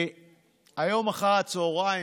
היום אחר הצוהריים,